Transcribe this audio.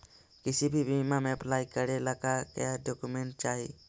किसी भी बीमा में अप्लाई करे ला का क्या डॉक्यूमेंट चाही?